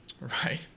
Right